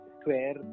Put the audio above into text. square